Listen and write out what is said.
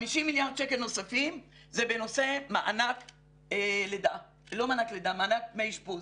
50 מיליארד שקל נוספים זה בנושא מענק דמי אשפוז.